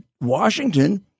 Washington